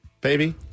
baby